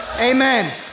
Amen